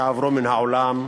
שעברו מן העולם,